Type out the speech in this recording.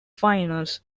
finals